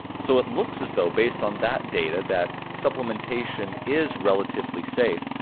so it looks as though based on that data that supplementation is relatively safe,